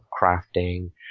crafting